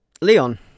Leon